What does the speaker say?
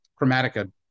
chromatica